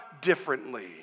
differently